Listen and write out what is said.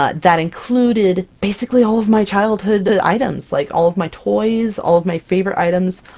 ah that included basically all of my childhood items, like all of my toys, all of my favorite items,